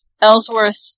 Ellsworth